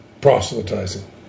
proselytizing